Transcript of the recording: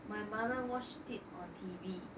my mother watched it on T_V